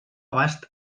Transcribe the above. abast